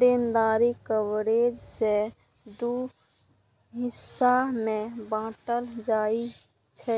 देनदारी कवरेज कें दू हिस्सा मे बांटल जाइ छै,